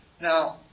Now